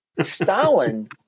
Stalin